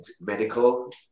medical